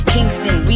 Kingston